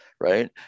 right